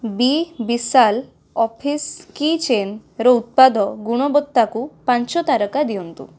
ବି Vishal office key ଚେନ୍ର ଉତ୍ପାଦ ଗୁଣବତ୍ତାକୁ ପାଞ୍ଚ ତାରକା ଦିଅନ୍ତୁ